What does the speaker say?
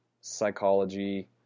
psychology